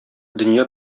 дөнья